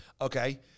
Okay